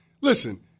Listen